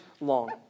long